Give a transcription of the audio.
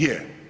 Je.